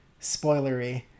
spoilery